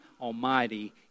Almighty